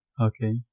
okay